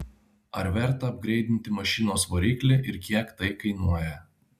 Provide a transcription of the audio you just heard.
ar verta apgreidinti mašinos variklį ir kiek tai kainuoja